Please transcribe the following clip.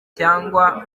cyangwa